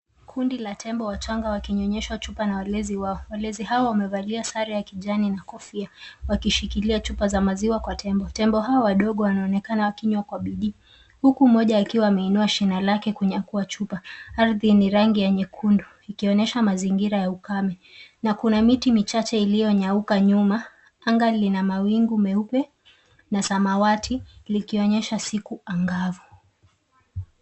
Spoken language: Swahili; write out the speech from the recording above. Kundi la tembo wachanga wakinyonyeshwa chupa na walezi wao. Walezi hao wamevalia sare ya kijani na kofia wakishikilia chupa za maziwa kwa tembo. Tembo hawa wadogo wanaonekana wakinywa kwa bidii huku mmoja akiwa ameinua shina lake kunyakua chupa. Ardhi ni nyekundu ikionyesha mazingira ya ukame na kuna miti michache iliyonyauka nyuma. Anga lina mawingu meupe na samawati likionyesha siku angavu.